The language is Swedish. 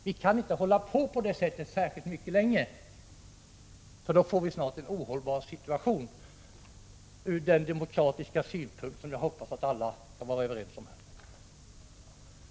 Vi kan inte hålla på så särskilt mycket längre på det sättet, för då får vi snart ur demokratisk synpunkt — det hoppas jag att vi alla kan vara överens om — en ohållbar situation.